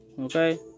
Okay